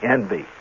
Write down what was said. Envy